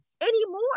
anymore